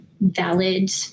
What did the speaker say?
valid